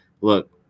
look